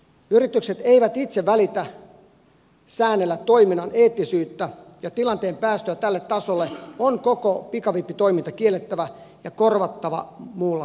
yritykset eivät itse välitä säännellä toiminnan eettisyyttä ja tilanteen päästyä tälle tasolle on koko pikavippitoiminta kiellettävä ja korvattava muulla tavoin